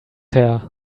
hair